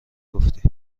گفتی